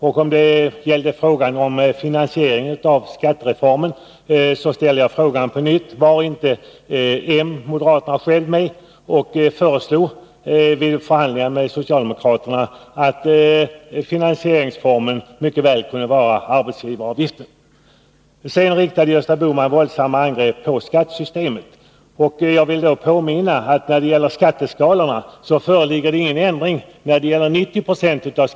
Om han avsåg finansieringen av skattereformen, ställer jag på nytt frågan: Var inte moderaterna själva med om att i förhandlingar med socialdemokraterna föreslå att finansieringsformen mycket väl kunde vara arbetsgivaravgifter? Gösta Bohman riktade sedan våldsamma angrepp på skattesystemet. Jag vill påminna honom om att det för 90 20 av skattebetalarna inte blir någon ändring.